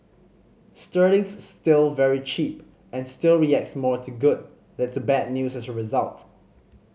sterling's still very cheap and still reacts more to good than to bad news as a result